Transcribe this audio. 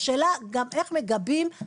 השאלה גם איך מגבים,